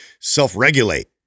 self-regulate